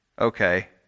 Okay